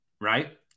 right